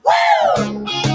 Woo